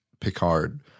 Picard